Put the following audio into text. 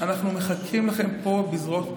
אנחנו מחכים לכם פה בזרועות פתוחות.